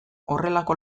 horrelako